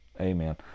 Amen